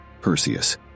Perseus